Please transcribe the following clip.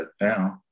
now